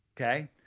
Okay